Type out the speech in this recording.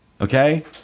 Okay